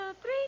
three